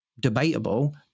debatable